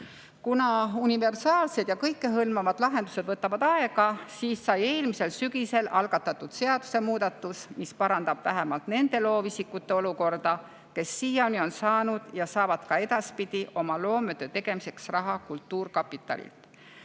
Kuna universaalsed ja kõikehõlmavad lahendused võtavad aega, siis sai eelmisel sügisel algatatud seadusemuudatus, mis parandab vähemalt nende loovisikute olukorda, kes siiani on saanud ja saavad ka edaspidi oma loometöö tegemiseks raha kultuurkapitalilt.